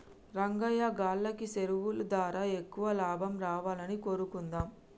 రంగయ్యా గాల్లకి సెరువులు దారా ఎక్కువ లాభం రావాలని కోరుకుందాం